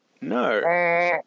No